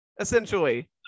essentially